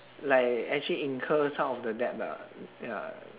like actually incur some of the debt lah ya